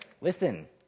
Listen